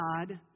God